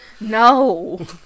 No